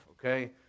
Okay